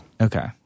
okay